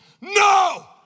no